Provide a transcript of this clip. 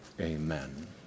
Amen